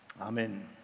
Amen